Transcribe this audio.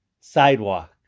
sidewalk